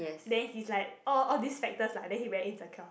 then he's like all all these factors lah then he very insecure